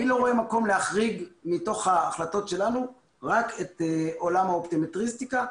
אני לא רואה מקום להחריג מתוך ההחלטות שלנו רק את עולם האופטיקה,